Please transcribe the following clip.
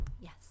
Yes